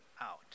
out